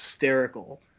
hysterical